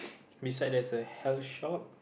beside there's a health shop